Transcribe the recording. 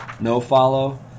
no-follow